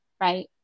right